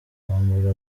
kwambura